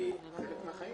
זה חלק מהחיים.